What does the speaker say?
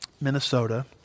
Minnesota